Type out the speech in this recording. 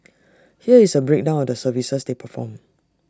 here is A breakdown of the services they perform